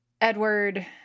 Edward